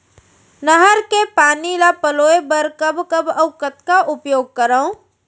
नहर के पानी ल पलोय बर कब कब अऊ कतका उपयोग करंव?